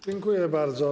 Dziękuję bardzo.